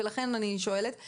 לכן אני שואלת,